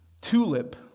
Tulip